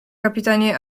kapitanie